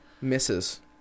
misses